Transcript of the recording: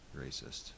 racist